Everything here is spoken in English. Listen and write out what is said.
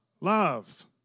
Love